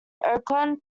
oakland